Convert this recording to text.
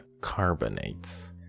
carbonates